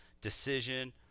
decision